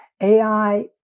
AI